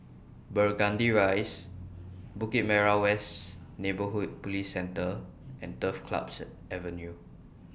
Burgundy Rise Bukit Merah West Neighbourhood Police Centre and Turf Clubs Avenue